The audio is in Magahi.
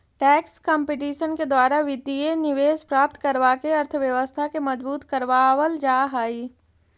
टैक्स कंपटीशन के द्वारा वित्तीय निवेश प्राप्त करवा के अर्थव्यवस्था के मजबूत करवा वल जा हई